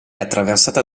attraversata